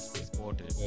exported